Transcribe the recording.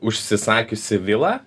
užsisakiusi vilą